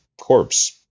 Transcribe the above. corpse